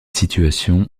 situations